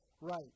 right